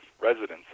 residents